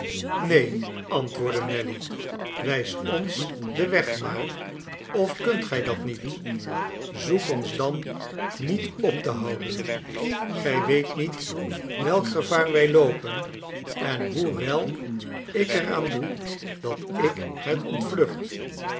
neen antwoordde nelly wijs ons den weg maar of kunt gij dat niet zoek ons dan niet op te houden gij weet niet welk gevaar wij loopen en hoe wel ik er aan doe dat ik het ontvlucht